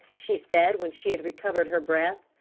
she said, when she had recovered her breath.